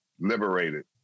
liberated